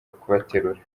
kubaterura